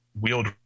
wield